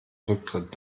rücktritt